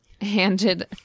handed